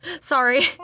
Sorry